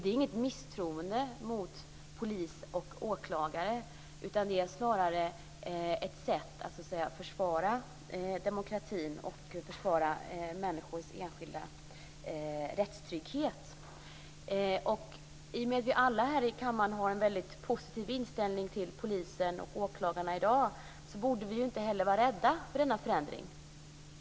Det är ingen misstroendeförklaring mot polis och åklagare, utan det är snarare ett sätt att försvara demokratin och enskilda människors rättstrygghet. I och med att vi alla här i kammaren har en väldigt positiv inställning till polis och åklagare i dag borde vi inte heller vara rädda för denna förändring.